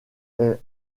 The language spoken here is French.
est